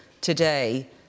today